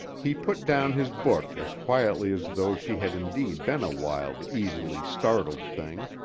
he put down his book as quietly as though she had indeed been a wild, easily startled thing,